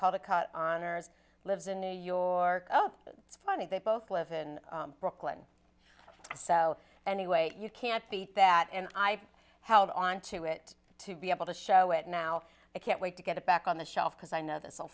called the cut honors lives in new york oh it's funny they both live in brooklyn so anyway you can't beat that and i held on to it to be able to show it now i can't wait to get it back on the shelf because i kno